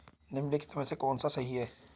निम्नलिखित में से कौन सा सही है?